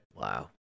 Wow